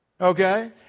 okay